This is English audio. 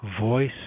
voice